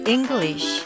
English